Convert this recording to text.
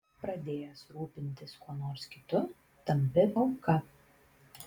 pradėjęs rūpintis kuo nors kitu tampi auka